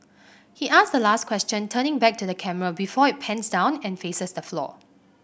he asks the last question turning back to the camera before it pans down and faces the floor